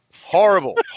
horrible